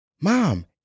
Mom